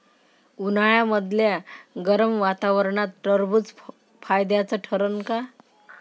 उन्हाळ्यामदल्या गरम वातावरनात टरबुज फायद्याचं ठरन का?